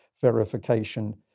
verification